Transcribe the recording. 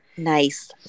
Nice